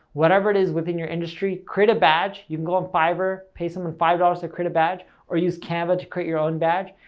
whatever it is within your industry, create a badge, you can go on fiverr, pay someone five dollars to create a badge or use canva to create your own badge,